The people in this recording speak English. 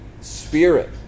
Spirit